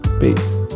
Peace